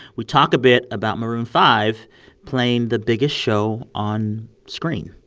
we talk a bit about maroon five playing the biggest show on screen,